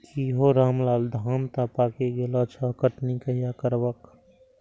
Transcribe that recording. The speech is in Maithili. की हौ रामलाल, धान तं पाकि गेल छह, कटनी कहिया करबहक?